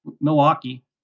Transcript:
Milwaukee